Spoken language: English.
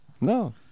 No